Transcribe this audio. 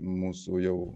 mūsų jau